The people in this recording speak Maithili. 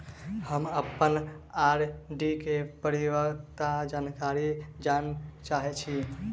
हम अप्पन आर.डी केँ परिपक्वता जानकारी जानऽ चाहै छी